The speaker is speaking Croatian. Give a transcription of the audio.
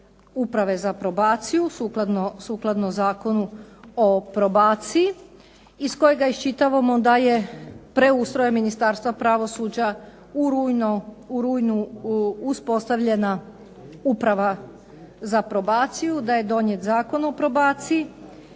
Uprave za probaciju sukladno Zakonu o probaciji iz kojega iščitavamo da je preustrojem Ministarstva pravosuđa u rujnu uspostavljena Uprava za probaciju, da je donijet Zakon o probaciji.